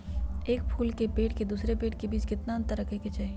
एक फुल के पेड़ के दूसरे पेड़ के बीज केतना अंतर रखके चाहि?